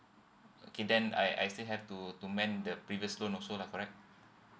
okay then I I still have to to mend the previous loan also lah correct